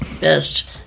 best